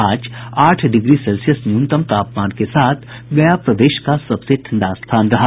आज आठ degree Celsius न्यूनतम तापमान के साथ गया प्रदेश का सबसे ठंडा स्थान रहा